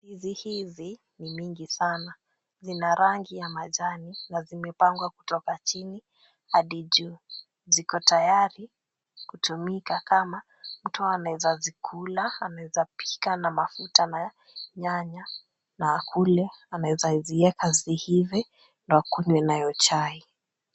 Ndizi hizi ni mingi sana. Zina rangi ya majani na zimepangwa kutoka chini hadi juu. Ziko tayari kutumika kama mtu anaeza zikula, anaeza pika na mafuta na nyanya na akule, anaeza zieka ziive na akunywe nayo chai.